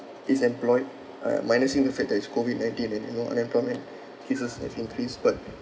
is employed uh minusing the fact that it's COVID nineteen and you know unemployment cases have increased but